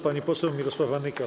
Pani poseł Mirosława Nykiel.